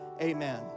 Amen